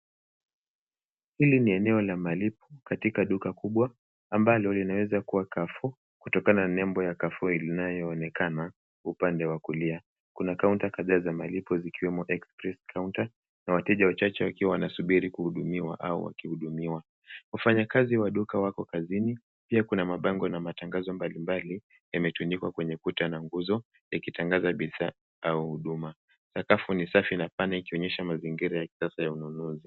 Hili ni eneo ya malipo katika duka kubwa ambalo inaweza kuwa Carrefour kutoka na nembo ya Carrefour linayoonekana upande wa kulia. Kuna kaunta kadhaa za malipo zikiwemo express counter na wateja wachache wakiwa wanasubiri kuhudumiwa au wakihudumiwa. Wafanya kazi wa duka wako kazini, pia kuna mabango na matangazo mbalimbali yametundikwa kwa kwenye kuta na nguzo ikitangaza bidhaa au huduma. Sakafu ni safi na pana ikionyesha mazingira ya kisasa ya ununuzi.